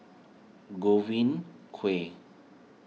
Godwin Koay